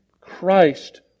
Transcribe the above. Christ